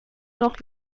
noch